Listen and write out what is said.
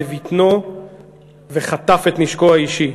בבטנו וחטף את נשקו האישי.